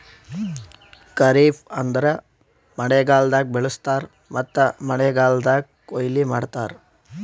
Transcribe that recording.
ಖರಿಫ್ ಅಂದುರ್ ಮಳೆಗಾಲ್ದಾಗ್ ಬೆಳುಸ್ತಾರ್ ಮತ್ತ ಮಳೆಗಾಲ್ದಾಗ್ ಕೊಯ್ಲಿ ಮಾಡ್ತಾರ್